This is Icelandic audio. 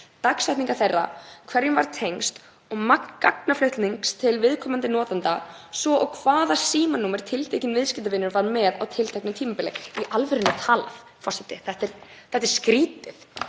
dagsetningar þeirra, hverjum var tengst og magn gagnaflutnings til viðkomandi notanda, svo og hvaða símanúmer tiltekinn viðskiptavinur var með á tilteknu tímabili.“ Í alvörunni talað, forseti? Þetta er skrýtið.